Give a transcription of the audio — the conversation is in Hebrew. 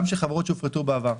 גם של חברות שהופרטו בעבר,